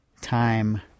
time